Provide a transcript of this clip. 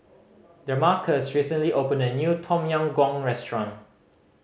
Damarcus recently opened a new Tom Yam Goong restaurant